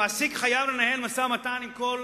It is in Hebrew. שמעסיק חייב לנהל משא-ומתן עם כל